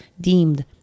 deemed